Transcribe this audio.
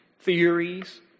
theories